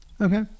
Okay